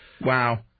Wow